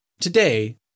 Today